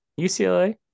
UCLA